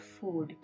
food